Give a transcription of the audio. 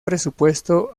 presupuesto